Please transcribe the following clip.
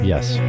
Yes